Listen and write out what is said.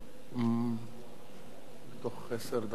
עשר דקות.